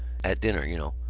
at dinner, you know.